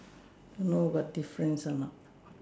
don't know got difference a not